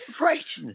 Right